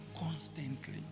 Constantly